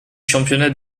championnat